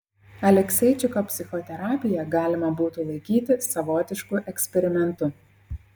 alekseičiko psichoterapiją galima būtų laikyti savotišku eksperimentu